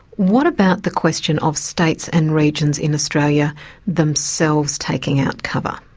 what about the question of states and regions in australia themselves taking out cover?